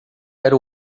era